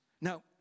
Now